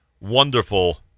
wonderful